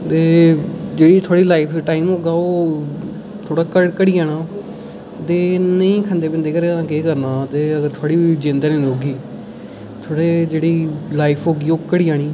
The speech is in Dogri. ते जेह्ड़ूी तुं'दी लाईफ टाइम होग थोह्ड़ा घटी जाना ओह् नेह् खंदे पींदे घरै दा बी केह् करना अगर तुं'दी जिंद गै निं रौह्गी थोह्ड़ी जेह्ड़ी लाइफ होगी ओह् घटी जानी